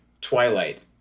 Twilight